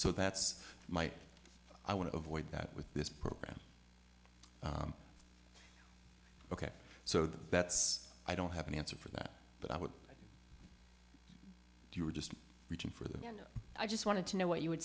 so that's my i want to avoid that with this program ok so that's i don't have an answer for that but i would if you were just reaching for them i just wanted to know what you would